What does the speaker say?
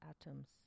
atoms